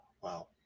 Wow